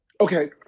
Okay